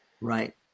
Right